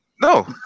No